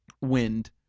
wind